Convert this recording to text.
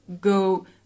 go